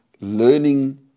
learning